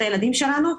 הילדים שלנו,